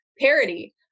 parody